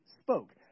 spoke